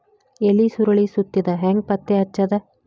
ಎಲಿ ಸುರಳಿ ಸುತ್ತಿದ್ ಹೆಂಗ್ ಪತ್ತೆ ಹಚ್ಚದ?